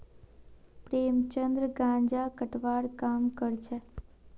प्रेमचंद गांजा कटवार काम करछेक